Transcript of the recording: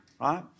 right